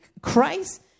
Christ